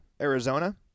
Arizona